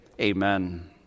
amen